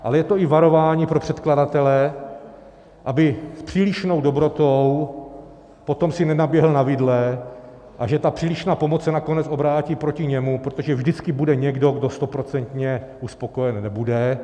Ale je to i varování pro předkladatele, aby přílišnou dobrotou potom si nenaběhl na vidle a že ta přílišná pomoc se nakonec obrátí proti němu, protože vždycky bude někdo, kdo stoprocentně uspokojen nebude.